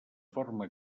forma